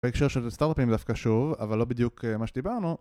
בהקשר של הסטארטפים דווקא שוב, אבל לא בדיוק מה שדיברנו